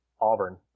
Auburn